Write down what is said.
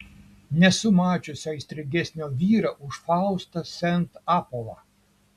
nesu mačiusi aistringesnio vyro už faustą sent apolą